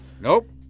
Nope